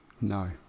No